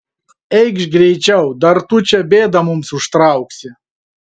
eikš greičiau dar tu čia bėdą mums užtrauksi